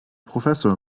professor